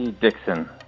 Dixon